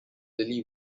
lily